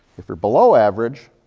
if you're below average,